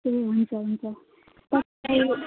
ए हुन्छ हुन्छ तपाईँलाई